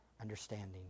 understanding